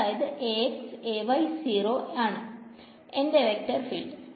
അതായത് ആണ് എന്റെ വെക്ടർ ഫീൽഡ്